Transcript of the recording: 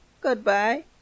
Goodbye